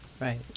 Right